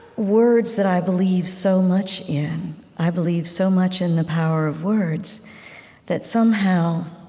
words that i believe so much in i believe so much in the power of words that somehow